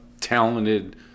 talented